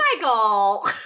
Michael